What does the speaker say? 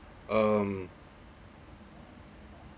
um